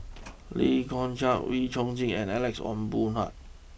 Lee Kong Chian Wee Chong Jin and Alex Ong Boon Hau